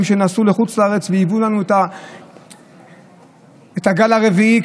שנסעו לחוץ לארץ והביאו לנו את הגל הרביעי,